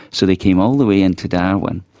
so they came all the way into darwin,